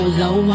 low